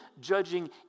judging